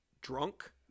drunk